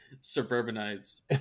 suburbanites